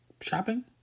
shopping